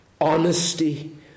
honesty